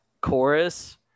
chorus